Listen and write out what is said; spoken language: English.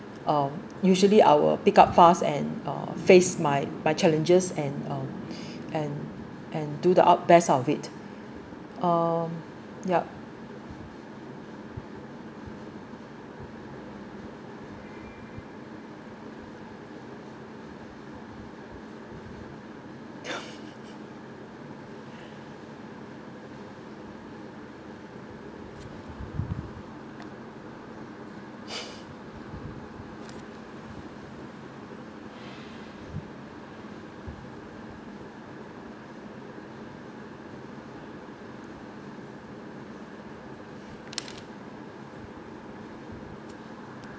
um usually I’ll pick up fast and uh face my my challenges and uh and and do the out beat of it yup